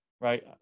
right